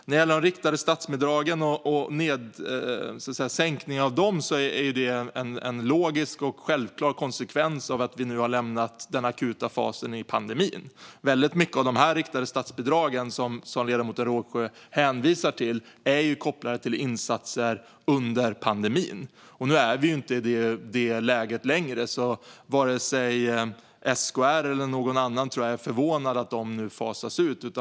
När det gäller de riktade statsbidragen och sänkningen av dem är detta en logisk och självklar konsekvens av att vi nu har lämnat den akuta fasen av pandemin. Väldigt mycket av de riktade statsbidrag som ledamoten Rågsjö hänvisar till är kopplade till insatser under pandemin. Nu är vi inte längre i det läget, så jag tror inte att vare sig SKR eller någon annan är förvånad över att bidragen fasas ut.